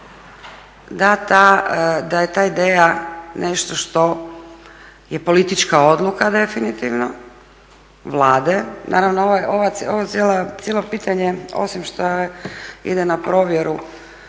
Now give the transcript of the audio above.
da je ta ideja nešto što je politička odluka definitivno, Vlade. Naravno, ovo cijelo pitanje osim što ide na provjeru